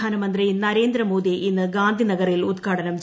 പ്രധാനമന്ത്രി നരേന്ദ്രമോദി ഇന്ന് ഗാന്ധിനഗറിൽ ഉദ്ഘാടനം ചെയ്യും